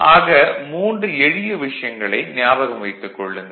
ஆக மூன்று எளிய விஷயங்களை ஞாபகம் வைத்துக் கொள்ளுங்கள்